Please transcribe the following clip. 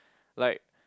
like